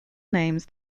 names